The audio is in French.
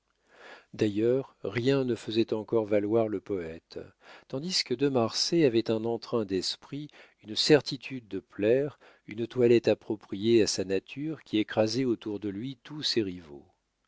d'ailleurs rien ne faisait encore valoir le poète tandis que de marsay avait un entrain d'esprit une certitude de plaire une toilette appropriée à sa nature qui écrasait autour de lui tous ses rivaux